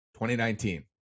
2019